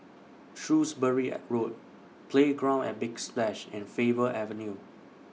Shrewsbury and Road Playground At Big Splash and Faber Avenue